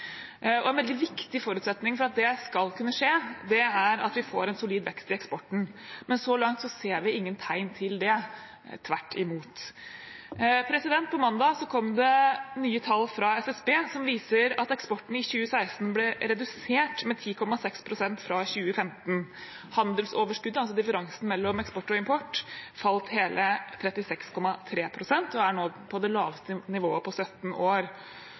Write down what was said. og en veldig viktig forutsetning for at det skal kunne skje, er at vi får en solid vekst i eksporten, men så langt ser vi ingen tegn til det – tvert imot. På mandag kom det nye tall fra SSB som viser at eksporten i 2016 ble redusert med 10,6 pst. fra 2015. Handelsoverskuddet, altså differansen mellom eksport og import, falt hele 36,3 pst. og er nå på det laveste nivået på 17 år.